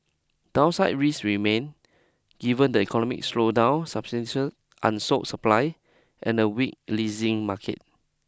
downside risks remain given the economic slowdown substantial unsold supply and a weak leasing market